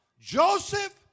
Joseph